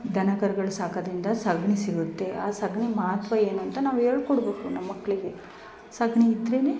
ದನ ಕರುಗಳ್ ಸಾಕೋದ್ರಿಂದ ಸಗಣಿ ಸಿಗುತ್ತೆ ಆ ಸಗಣಿ ಮಹತ್ವ ಏನು ಅಂತ ನಾವು ಹೇಳ್ಕೊಡ್ಬೇಕು ನಮ್ಮ ಮಕ್ಕಳಿಗೆ ಸಗಣಿ ಇದ್ರೇ